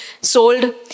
sold